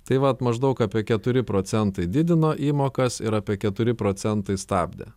tai vat maždaug apie keturi procentai didino įmokas ir apie keturi procentai stabdė